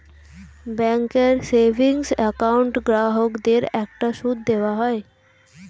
ব্যাঙ্কের savings account গ্রাহকদের একটা সুদ দেওয়া হয়